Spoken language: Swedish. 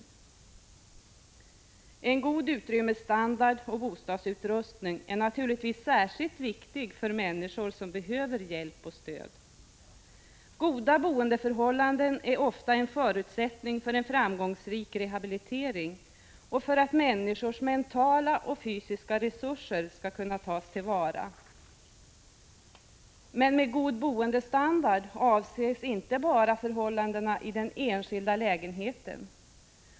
Att ha en god utrymmesstandard och bostadsutrustning är naturligtvis särskilt viktigt för människor som behöver hjälp och stöd. Goda boendeförhållanden är ofta en förutsättning för en framgångsrik rehabilitering och för att människors mentala och fysiska resurser skall kunna tas till vara. Men med god boendestandard avses inte inte bara förhållandena i den enskilda lägenheten.